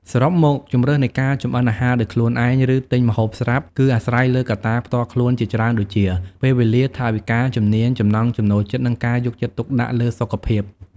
សរុបមក ជម្រើសនៃការចម្អិនអាហារដោយខ្លួនឯង ឬទិញម្ហូបស្រាប់ គឺអាស្រ័យលើកត្តាផ្ទាល់ខ្លួនជាច្រើនដូចជា ពេលវេលា ថវិកា ជំនាញ ចំណង់ចំណូលចិត្ត និងការយកចិត្តទុកដាក់លើសុខភាព។